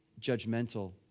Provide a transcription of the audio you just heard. judgmental